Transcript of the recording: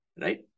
Right